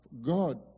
God